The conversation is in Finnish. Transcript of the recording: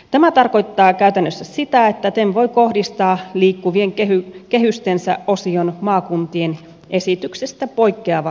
tämä tarkoittaa käytännössä sitä että tem voi kohdistaa liikkuvien kehystensä osion maakuntien esityksestä poikkeavalla tavalla